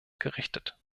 gerichtet